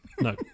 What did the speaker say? No